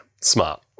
smart